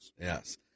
Yes